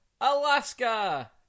Alaska